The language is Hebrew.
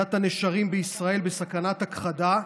אוכלוסיית הנשרים בישראל בסכנת הכחדה,